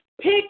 Pick